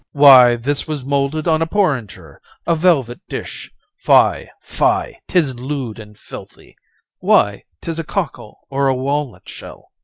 why, this was moulded on a porringer a velvet dish fie, fie! tis lewd and filthy why, tis a cockle or a walnut-shell,